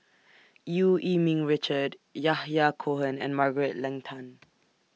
EU Yee Ming Richard Yahya Cohen and Margaret Leng Tan